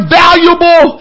valuable